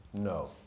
no